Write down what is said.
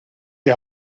die